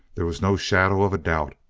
there was no shadow of a doubt,